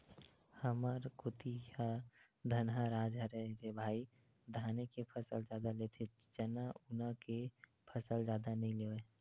हमर कोती ह धनहा राज हरय रे भई धाने के फसल जादा लेथे चना उना के फसल जादा नइ लेवय